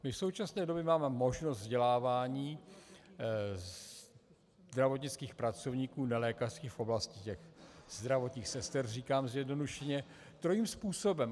My v současné době máme možnost vzdělávání zdravotnických pracovníků nelékařských v oblasti těch zdravotních sester, říkám zjednodušeně, trojím způsobem.